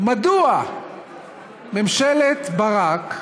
מדוע ממשלת ברק,